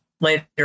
later